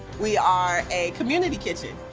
we are a community kitchen.